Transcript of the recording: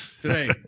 today